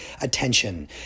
attention